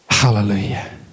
Hallelujah